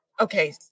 okay